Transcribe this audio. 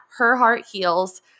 herheartheals